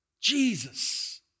Jesus